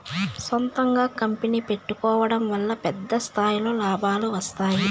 సొంతంగా కంపెనీ పెట్టుకోడం వల్ల పెద్ద స్థాయిలో లాభాలు వస్తాయి